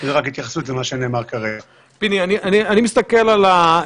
אני מבין שיש תכלול,